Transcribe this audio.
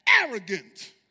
arrogant